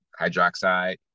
hydroxide